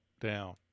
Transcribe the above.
down